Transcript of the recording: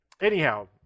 anyhow